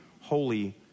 holy